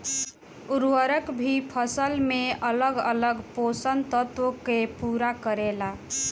उर्वरक भी फसल में अलग अलग पोषण तत्व के पूरा करेला